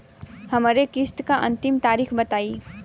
हमरे किस्त क अंतिम तारीख बताईं?